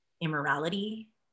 immorality